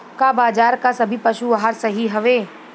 का बाजार क सभी पशु आहार सही हवें?